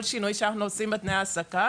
כל שינוי שאנחנו עושים בתנאי העסקה,